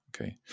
Okay